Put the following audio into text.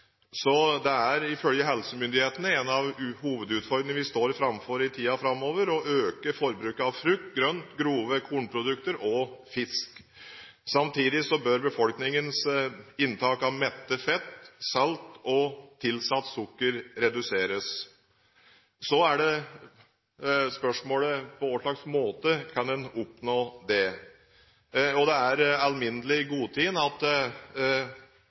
Ifølge helsemyndighetene er én av hovedutfordringene vi står overfor i tiden framover, å øke forbruket av frukt, grønt, grove kornprodukter og fisk. Samtidig bør befolkningens inntak av mettet fett, salt og tilsatt sukker reduseres. Så er spørsmålet: På hvilken måte kan man oppnå det? Det er alminnelig godtatt at